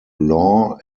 law